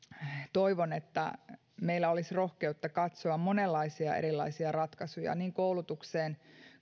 toivon että meillä olisi rohkeutta katsoa monenlaisia erilaisia ratkaisuja niin koulutukseen